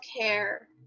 care